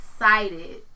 excited